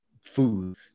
food